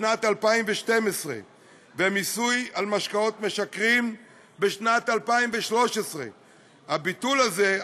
בשנת 2012 ובמיסוי על משקאות משכרים בשנת 2013. הביטול הזה,